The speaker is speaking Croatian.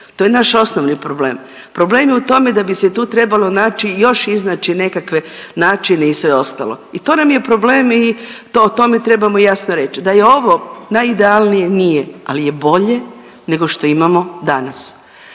To je naš osnovni problem. Problem je u tome da bi se tu trebalo naći i još iznaći nekakve načine i sve ostalo i to nam je problem i to o tome trebamo jasno reći. Da je ovo najidealnije nije, ali je bolje nego što imamo danas.